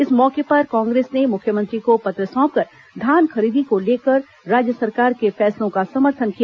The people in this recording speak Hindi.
इस मौके पर कांग्रेस ने मुख्यमंत्री को पत्र सौंपकर धान खरीदी को लेकर राज्य सरकार के फैसलों का समर्थन किया